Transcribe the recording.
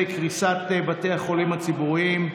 בנושא: קריסת בתי החולים הציבוריים,